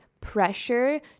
pressure